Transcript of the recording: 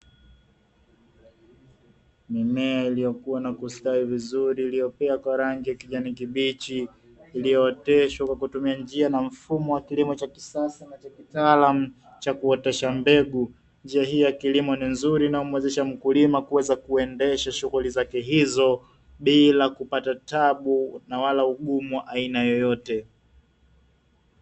Mimea iliyokuwa na kustawi vizuri iliyopea kwa rangi ya kijani kibichi iliyooteshwa kwa kutumia njia na mfumo wa kilimo cha kisasa na cha kitaalamu cha kuotesha mbegu, njia hii ya kilimo ni nzuri na humwezesha mkulima kuweza kuendesha shughuli zake hizo bila kupata tabu na wala ugumu wa aina yeyote.